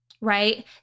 right